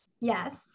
Yes